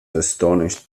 astonished